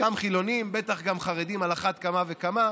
גם חילונים, בטח גם חרדים, על אחת כמה וכמה.